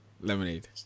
Lemonade